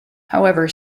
however